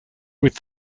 with